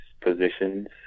positions